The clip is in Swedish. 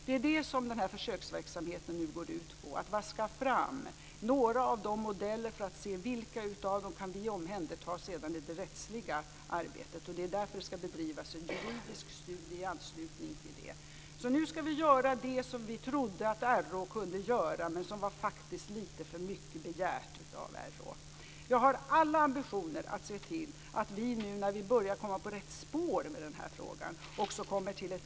Det är det den här försöksverksamheten går ut på. Vi vill vaska fram några modeller för att se vilka vi kan överta i det rättsliga arbetet. Det är därför det skall bedrivas en juridisk studie i anslutning till detta. Nu skall vi göra det som vi trodde att RÅ kunde göra men som faktiskt var litet för mycket begärt av RÅ. Jag har ambitionen att se till att vi nu, när vi börjar komma på rätt spår i frågan, också når ett resultat.